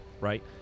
right